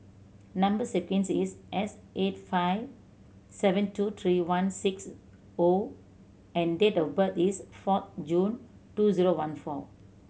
number sequence is S eight five seven two three one six O and date of birth is four June two zero one four